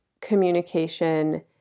communication